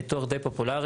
ניתוח די פופולרי.